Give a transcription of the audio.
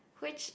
which